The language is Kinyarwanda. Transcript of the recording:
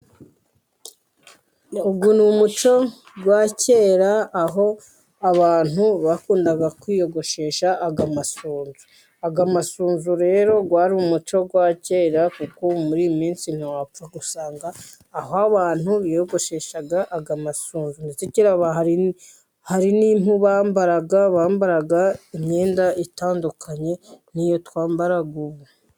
uyu ni umuco wa kera aho abantu bakundaga kwiyogoshesha ayo masunzu rero wari umuco wa kera kuko muri iyi minsi ntiwapfa gusanga aho abantu biyogoshesha ayo masunzu ndetse hari nkuko bambaraga imyenda itandukanye niyo twambara ubu.